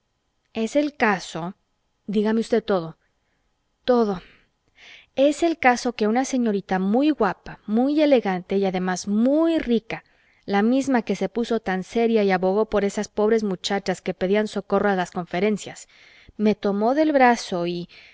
es el caso dígame usted todo todo es el caso que una señorita muy guapa muy elegante y además muy rica la misma que se puso tan seria y abogó por esas pobres muchachas que pedían socorro a las conferencias me tomó del brazo y